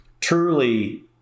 truly